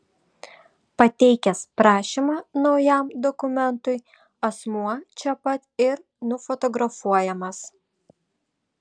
pateikęs prašymą naujam dokumentui asmuo čia pat ir nufotografuojamas